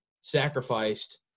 sacrificed